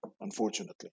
unfortunately